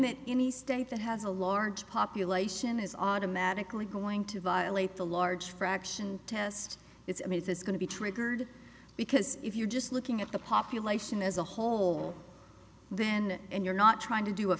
that any state that has a large population is automatically going to violate the large fraction test it's a business going to be triggered because if you're just looking at the population as a whole then and you're not trying to do a